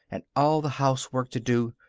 and all the housework to do.